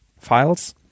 files